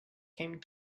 came